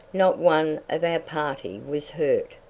not one of our party was hurt.